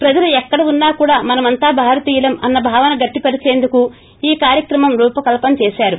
ప్రజలు ఎక్కడ ఉన్నా కూడా మనమంతా భారతీయులం అన్స భావన గట్టిపరచేందుకు ఈ కార్కక్రమం రూపకల్సన చేసారు